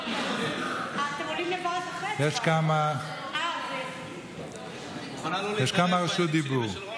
יש כמה בקשות רשות הדיבור.